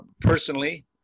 Personally